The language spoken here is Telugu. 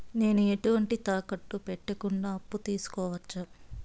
నేను ఎటువంటి తాకట్టు పెట్టకుండా అప్పు తీసుకోవచ్చా?